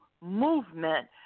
movement